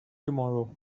tomorrow